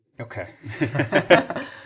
okay